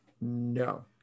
no